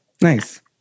nice